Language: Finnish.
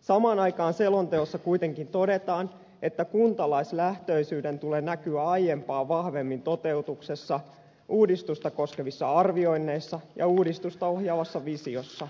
samaan aikaan selonteossa kuitenkin todetaan että kuntalaislähtöisyyden tulee näkyä aiempaa vahvemmin toteutuksessa uudistusta koskevissa arvioinneissa ja uudistusta ohjaavassa visiossa